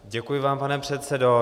Děkuji vám, pane předsedo.